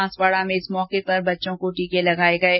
बांसवाड़ा में इस मौके पर बच्चों को टीके लगाये गये